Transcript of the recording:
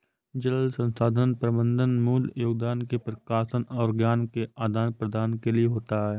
जल संसाधन प्रबंधन मूल योगदान के प्रकाशन और ज्ञान के आदान प्रदान के लिए होता है